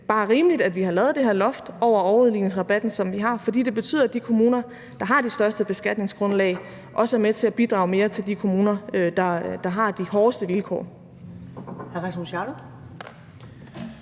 bare rimeligt, at vi har lavet det her loft over overudligningsrabatten, som vi har, for det betyder, at de kommuner, som har det største beskatningsgrundlag, også er med til at bidrage mere til de kommuner, der har de hårdeste vilkår.